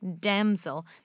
damsel